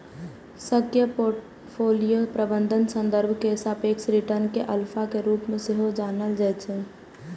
सक्रिय पोर्टफोलियो प्रबंधनक संदर्भ मे सापेक्ष रिटर्न कें अल्फा के रूप मे सेहो जानल जाइ छै